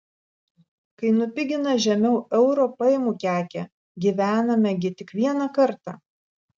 kai nupigina žemiau euro paimu kekę gyvename gi tik vieną kartą